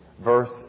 verse